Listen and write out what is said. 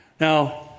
Now